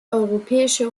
europäische